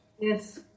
Yes